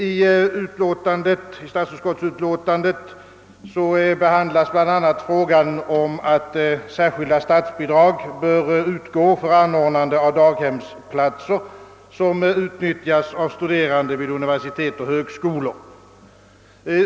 I statsutskottets utlåtande behandlas bl.a. frågan om särskilda statsbidrag för anordnande av daghemsplatser, som utnyttjas för barn till studerande vid universitet och högskolor.